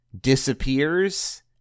disappears